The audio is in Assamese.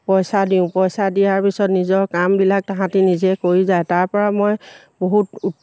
পইচা দিওঁ পইচা দিয়াৰ পিছত নিজৰ কামবিলাক তাহাঁতে নিজে কৰি যায় তাৰপৰা মই বহুত